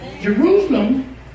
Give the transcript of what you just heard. Jerusalem